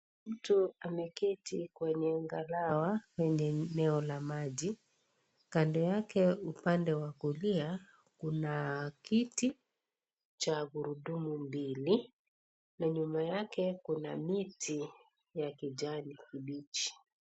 Mtu ameketi kwenye ngalawa, kwenye eneo la maji, kando yake upande wa kulia, kuna kiti cha gurudumu mbili, na nyuma yake kuna miti ya kijani kibichi.